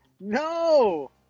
No